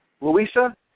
Louisa